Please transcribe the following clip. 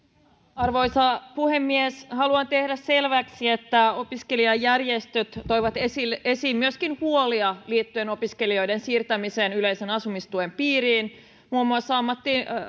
arvoisa puhemies haluan tehdä selväksi että opiskelijajärjestöt toivat esiin myöskin huolia liittyen opiskelijoiden siirtämiseen yleisen asumistuen piiriin muun muassa